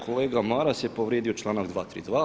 Kolega Maras je povrijedio članak 232.